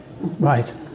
Right